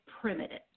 primitive